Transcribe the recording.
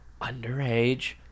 underage